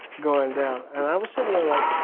going down. and i was sitting there like,